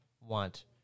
want